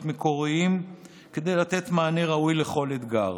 מקוריים כדי לתת מענה ראוי לכל אתגר.